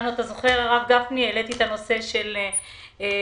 הרב גפני, העליתי את הנושא של משרתי